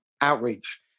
Outreach